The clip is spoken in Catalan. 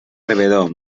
rebedor